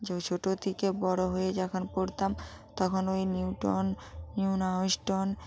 যা ছোট থেকে বড় হয়ে যখন পড়তাম তখন ওই নিউটন নীল আর্মস্ট্রং